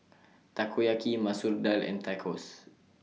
Takoyaki Masoor Dal and Tacos